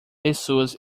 pessoas